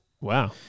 Wow